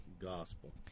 Gospel